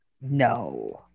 No